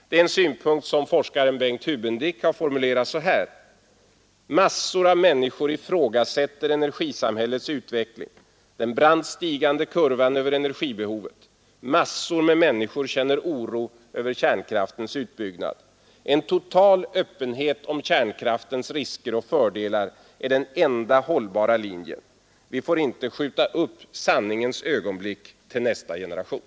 Den synpunkten har forskaren Bengt Hubendick formulerat så här: ”Massor av människor ifrågasätter energisamhällets utveckling, den brant stigande kurvan över energibehovet, massor med människor känner oro över kärnkraftens utbyggnad. En total öppenhet om kärnkraftens risker och fördelar är den enda hållbara linjen. Vi får inte skjuta sanningens ögonblick till nästa generation.”